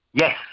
Yes